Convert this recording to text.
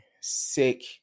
sick